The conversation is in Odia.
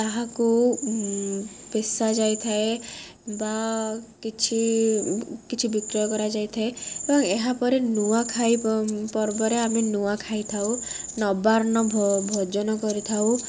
ତାହାକୁ ପେଷା ଯାଇଥାଏ ବା କିଛି କିଛି ବିକ୍ରୟ କରାଯାଇଥାଏ ଏବଂ ଏହାପରେ ନୂଆଖାଇ ପର୍ବରେ ଆମେ ନୂଆଖାଇ ଥାଉ ନବାର୍ଣ୍ଣ ଭୋଜନ କରିଥାଉ